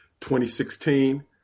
2016